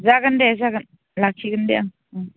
जागोन दे जागोन लाखिगोन दे आं